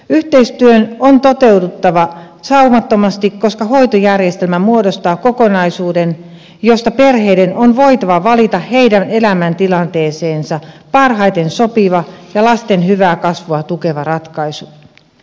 yhteistyön on toteuduttava saumattomasti koska hoitojärjestelmä muodostaa kokonaisuuden josta perheiden on voitava valita heidän elämäntilanteeseensa parhaiten sopiva ja lasten hyvää kasvua tukeva ratkaisu